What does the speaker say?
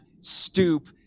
stoop